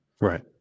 Right